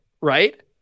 right